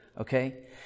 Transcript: Okay